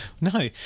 No